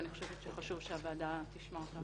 וחשוב שהוועדה תשמע אותם.